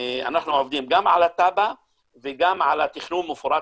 אנחנו עובדים גם על התב"ע וגם על התכנון המפורט,